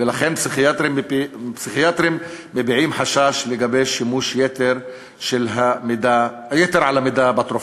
ולכן פסיכיאטרים מביעים חשש לגבי שימוש יתר על המידה בתרופות.